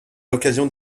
l’occasion